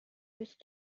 which